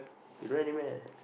you don't have already meh